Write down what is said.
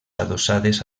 adossades